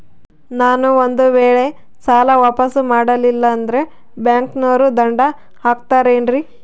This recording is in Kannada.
ನಾನು ಒಂದು ವೇಳೆ ಸಾಲ ವಾಪಾಸ್ಸು ಮಾಡಲಿಲ್ಲಂದ್ರೆ ಬ್ಯಾಂಕನೋರು ದಂಡ ಹಾಕತ್ತಾರೇನ್ರಿ?